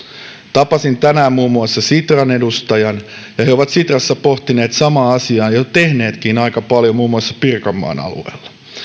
tapasin tänään muun muassa sitran edustajan he ovat sitrassa pohtineet samaa asiaa ja jo tehneetkin aika paljon muun muassa pirkanmaan alueella